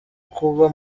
kuba